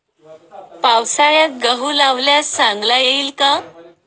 पावसाळ्यात गहू लावल्यास चांगला येईल का?